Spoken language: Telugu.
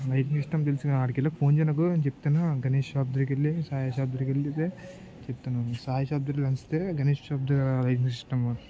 లైటింగ్ సిస్టం తెలిసిన ఆడికి వెళ్ళి ఫోన్ చేయి నాకు నేను చెప్తాను గణేష్ షాప్ దగ్గరికు వెళ్ళి సాాయి షాప్ దగ్గరకు వెళ్లితే చెప్తాను సాయి షాప్ దగ్గర లెన్స్ తె గణేష్ షాప్ దగ్గర లైటింగ్ సిస్టమ్